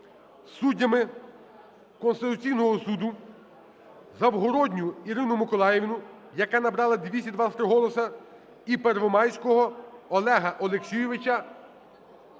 суддями Конституційного Суду Завгородню Ірину Миколаївну, яка набрала 223 голоси і Первомайського Олега Олексійовича…